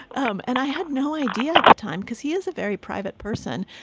um and i had no idea at the time because he is a very private person.